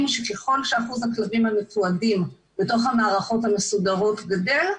שככל שאחוז הכלבים המתועדים בתוך המערכות המסודרות גדל,